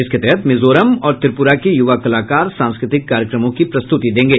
इसके तहत मिजोरम और त्रिपुरा के युवा कलाकार सांस्कृतिक कार्यकमों की प्रस्तुति देंगे